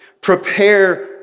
prepare